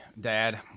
Dad